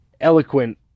eloquent